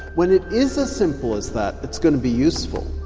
when it is as simple as that it's going to be useful.